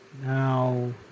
now